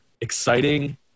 exciting